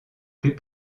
plus